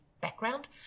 background